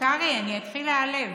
קרעי, אני אתחיל להיעלב.